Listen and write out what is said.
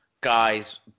guys